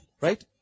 right